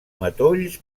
matolls